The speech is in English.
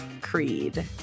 Creed